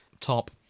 Top